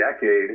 decade